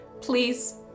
please